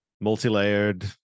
multi-layered